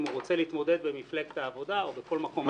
אם הוא רוצה להתמודד במפלגת העבודה או בכל מקום אחר,